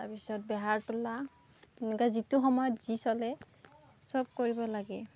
তাৰ পাছত বেহাৰ তোলা এনেকৈ যিটো সময়ত যি চলে সব কৰিব লাগে